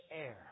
air